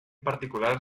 particular